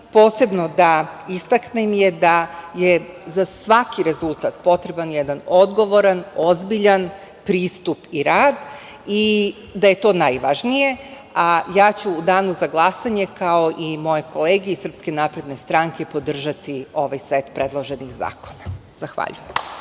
posebno da istaknem je da je za svaki rezultat potreban jedan odgovoran, ozbiljan pristup i rad i da je to najvažnije. Ja ću u danu za glasanje, kao i moje kolege iz Srpske napredne stranke podržati ovaj set predloženih zakona. Zahvaljujem.